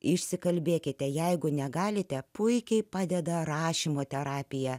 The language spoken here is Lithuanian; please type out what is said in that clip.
išsikalbėkite jeigu negalite puikiai padeda rašymo terapija